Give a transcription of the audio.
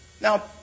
Now